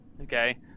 Okay